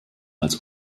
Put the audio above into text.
als